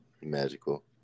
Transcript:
magical